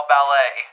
Ballet